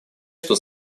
что